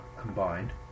combined